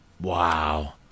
Wow